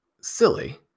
silly